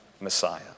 Messiah